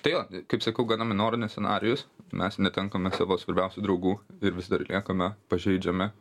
tai va kaip sakau gana minorinis scenarijus mes netenkame savo svarbiausių draugų ir vis dar liekame pažeidžiami